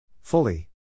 Fully